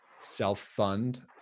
self-fund